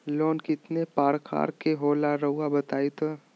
Loan कितने पारकर के होला रऊआ बताई तो?